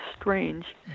strange